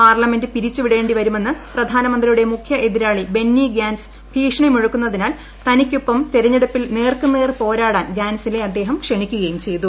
parliament പിരിച്ചുവിടേി വരുമെന്ന് പ്രധാനമന്ത്രിയുടെ മുഖ്യ എതിരാളി ബെന്നി ഗാൻസ് ഭീഷണി മുഴക്കുന്നതിനാൽ തനിക്കൊപ്പം തെരഞ്ഞെടുപ്പിൽ നേർക്കുനേർ പോരാടാൻ ഗാൻസിനെ അദ്ദേഹം ക്ഷണിക്കുകയും ചെയ്തു